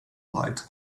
light